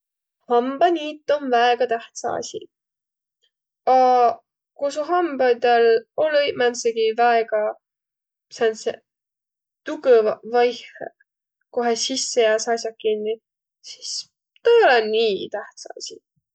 Hambaniit om väega tähtsä asi. Aq ku su hambidõl olõ-iq määndsegi väega säändseq tugõvaq vaihõq, kohe sisse jääseq as'aq kinniq, sis tuu ei olõq nii tähtsä asi.